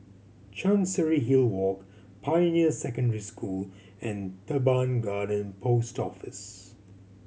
Chancery Hill Walk Pioneer Secondary School and Teban Garden Post Office